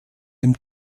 dem